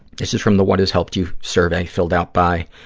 this is from the what has helped you survey, filled out by